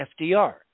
FDR